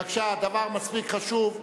בבקשה, הדבר מספיק חשוב.